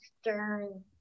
stern